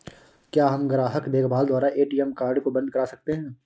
क्या हम ग्राहक देखभाल द्वारा ए.टी.एम कार्ड को बंद करा सकते हैं?